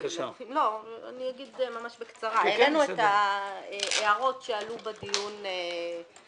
אני אגיד ממש בקצרה: אין לנו את ההערות שעלו בדיון האחרון,